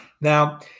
Now